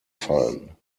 fallen